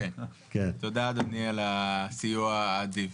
תודה, אדוני, על הסיוע האדיב.